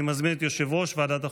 אני מזמין את יושב-ראש ועדת החוקה,